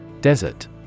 Desert